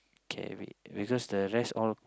okay wait because the rest all